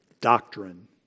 doctrine